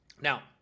Now